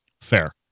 Fair